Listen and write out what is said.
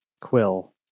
Quill